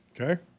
Okay